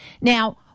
Now